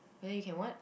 whether you can what